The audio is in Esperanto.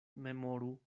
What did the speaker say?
memoru